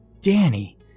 Danny